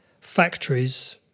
factories